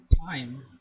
time